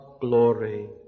glory